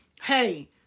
Hey